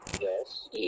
Yes